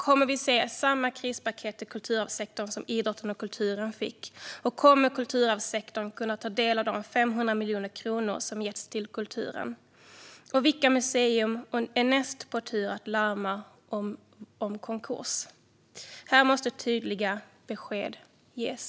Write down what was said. Kommer vi se samma krispaket till kulturarvssektorn som idrotten och kulturen fick? Kommer kulturarvssektorn kunna ta del av de 500 miljoner kronor som getts till kulturen? Vilka museer är näst på tur att larma om konkurs? Här måste tydliga besked ges.